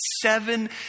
seven